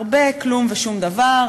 הרבה כלום ושום דבר,